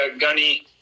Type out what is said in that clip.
Gunny